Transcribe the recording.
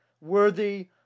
worthy